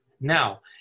now